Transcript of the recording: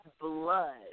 blood